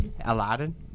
Aladdin